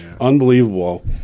Unbelievable